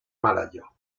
malayo